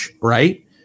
right